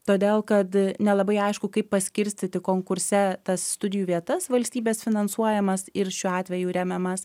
todėl kad nelabai aišku kaip paskirstyti konkurse tas studijų vietas valstybės finansuojamas ir šiuo atveju remiamas